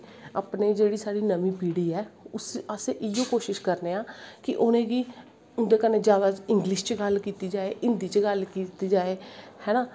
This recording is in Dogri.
अपनी जेह्ड़ी साढ़ी नमीं पिड़ी ऐ अस इयै कोशिश करनें आं कि उनेंगी उंदे कन्नै जादा इंगलिश च गल्ल कीती जाए हिन्दी चैं गल्ल कीती जाए हैना